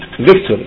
victory